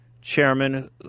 chairman